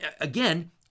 again